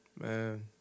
Man